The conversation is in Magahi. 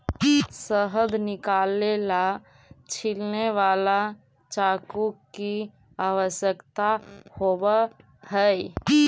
शहद निकाले ला छिलने वाला चाकू की आवश्यकता होवअ हई